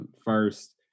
First